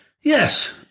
Yes